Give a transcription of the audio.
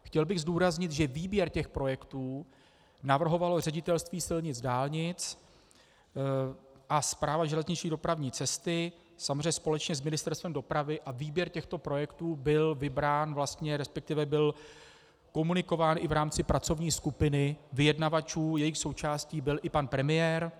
Chtěl bych zdůraznit, že výběr těch projektů navrhovalo Ředitelství silnic a dálnic a Správa železniční dopravní cesty, samozřejmě společně s Ministerstvem dopravy, a výběr těchto projektů byl vybrán, resp. byl komunikován i v rámci pracovní skupiny vyjednavačů, součástí byl i pan premiér.